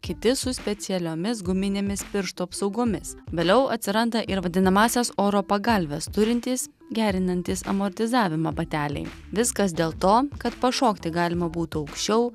kiti su specialiomis guminėmis pirštų apsaugomis vėliau atsiranda ir vadinamąsias oro pagalves turintys gerinantys amortizavimą bateliai viskas dėl to kad pašokti galima būtų aukščiau